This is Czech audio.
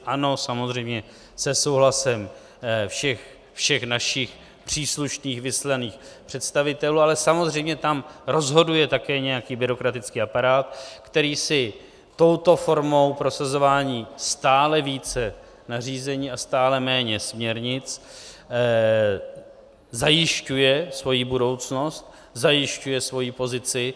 Ano, samozřejmě, se souhlasem všech našich příslušných vyslaných představitelů, ale samozřejmě tam rozhoduje také nějaký byrokratický aparát, který si touto formou prosazování stále více nařízení a stále méně směrnic zajišťuje svoji budoucnost, zajišťuje svoji pozici.